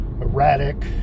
erratic